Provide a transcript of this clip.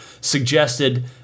suggested